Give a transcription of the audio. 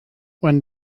when